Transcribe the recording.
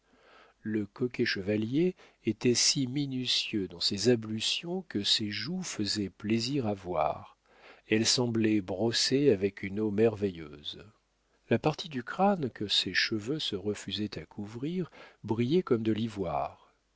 le coquet chevalier était si minutieux dans ses ablutions que ses joues faisaient plaisir à voir elles semblaient brossées avec une eau merveilleuse la partie du crâne que ses cheveux se refusaient à couvrir brillait comme de l'ivoire